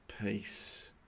peace